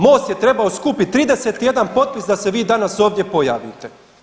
MOST je trebao skupiti 31 potpis da se vi danas ovdje pojavite.